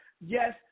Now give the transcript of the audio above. Yes